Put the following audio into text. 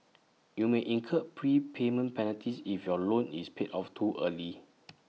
you may incur prepayment penalties if your loan is paid off too early